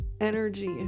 Energy